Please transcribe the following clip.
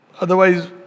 Otherwise